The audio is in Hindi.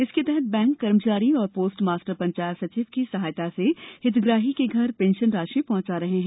इसके तहत बैंक कर्मचारी और पोस्ट मास्टर पंचायत सचिव की सहायता से हितग्राही के घर पेंशन राशि पहॅचा रहे हैं